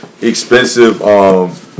expensive